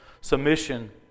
Submission